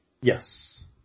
Yes